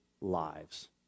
lives